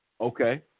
Okay